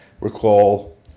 recall